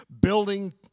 building